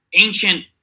ancient